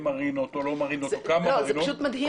מרינות או לא מרינות או כמה מרינות --- זה פשוט מדהים